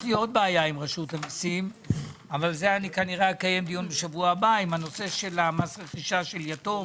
בשבוע הבא אני אקיים דיון על הנושא של מס רכישה של יתום